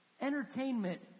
Entertainment